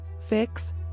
fix